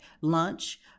lunch